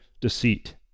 deceit